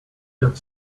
get